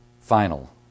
final